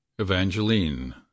evangeline